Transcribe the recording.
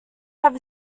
have